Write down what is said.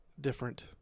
different